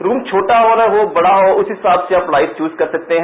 room छोटा हो या बड़ा उस हिसाब से आप लाइट्स चूज कर सकते हैं